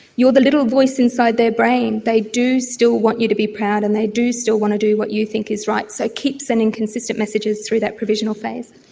you are the little voice inside their brain, they do still want you to be proud and they do still want to do what you think is right, so keep sending consistent messages through that provisional phase.